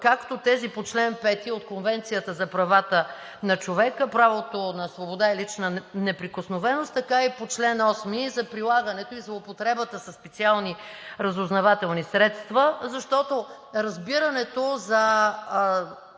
както тези по чл. 5 от Конвенцията за правата на човека – правото на свобода и лична неприкосновеност, така и по чл. 8 – за прилагането и злоупотребата със специални разузнавателни средства, защото разбирането за